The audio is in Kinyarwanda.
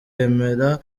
yemera